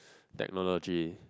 technology